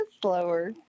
slower